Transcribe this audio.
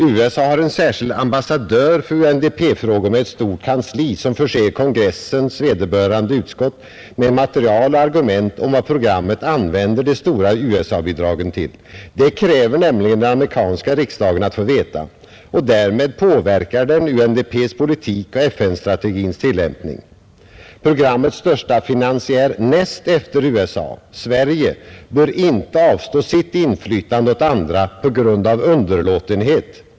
USA har en särskild ambassadör för UNDP-frågor med ett stort kansli, som förser kongressens vederbörande utskott med material och argument om vad programmet använder de stora USA-bidragen till: det kräver nämligen den amerikanska riksdagen att få veta — och därmed påverkar den UNDP:s politik och FN-strategins tillämpning. Programmets största finansiär näst efter USA, Sverige, bör inte avstå sitt inflytande åt andra på grund av underlåtenhet.